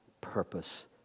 purpose